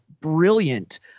brilliant